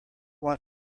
want